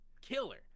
killer